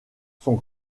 son